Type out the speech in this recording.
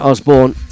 Osborne